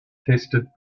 tasted